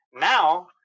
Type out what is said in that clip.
Now